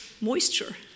moisture